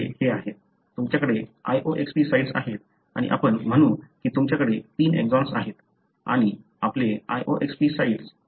तुमच्याकडे loxp sites आहेत आणि आपण म्हणू की तुमच्याकडे तीन एक्सॉन्स आहेत आणि आपले loxP साइट्स येथे आहेत